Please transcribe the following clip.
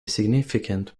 significant